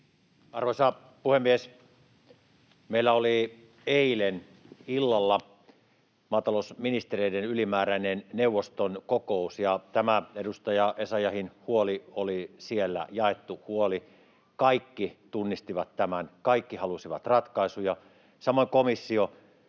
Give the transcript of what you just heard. Arvoisa puhemies! Meillä oli eilen illalla maatalousministereiden ylimääräinen neuvoston kokous, ja tämä edustaja Essayahin huoli oli siellä jaettu huoli. Kaikki tunnistivat tämän, kaikki halusivat ratkaisuja. Samoin komissio